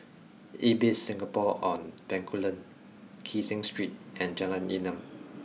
Ibis Singapore on Bencoolen Kee Seng Street and Jalan Enam